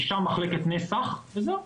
משם מחלקת נסח וזהו,